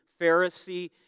Pharisee